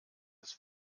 des